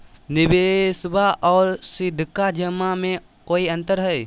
निबेसबा आर सीधका जमा मे कोइ अंतर हय?